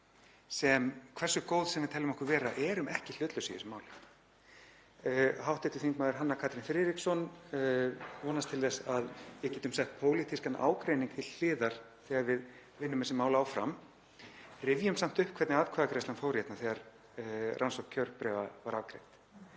sem, hversu góð sem við teljum okkur vera, erum ekki hlutlaus í þessu máli. Hv. þm. Hanna Katrín Friðriksson vonast til þess að við getum sett pólitískan ágreining til hliðar þegar við vinnum þessi mál áfram. Rifjum samt upp hvernig atkvæðagreiðslan fór hér þegar rannsókn kjörbréfa var afgreidd.